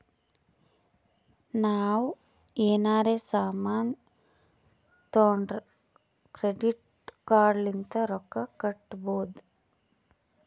ನಾವ್ ಎನಾರೇ ಸಾಮಾನ್ ತೊಂಡುರ್ ಕ್ರೆಡಿಟ್ ಕಾರ್ಡ್ ಲಿಂತ್ ರೊಕ್ಕಾ ಕಟ್ಟಬೋದ್